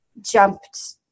jumped